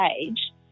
age